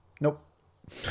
Nope